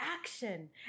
action